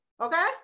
Okay